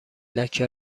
لکه